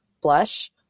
blush